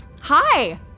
Hi